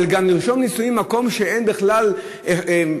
אבל גם לרשום נישואים במקום שאין בכלל אחראי